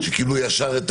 שקיבלו ישר את